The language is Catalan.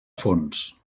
fons